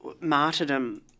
martyrdom